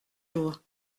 jours